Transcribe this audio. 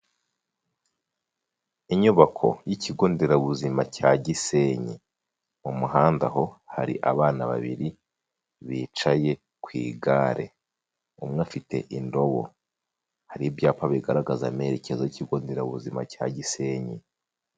Inyubako y'ikigo nderabuzima cya Gisenyi, mu muhanda aho hari abana babiri bicaye ku igare umwe afite indobo, hari ibyapa bigaragaza amerekezo y'ikigo nderabuzima cya Gisenyi.